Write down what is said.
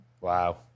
Wow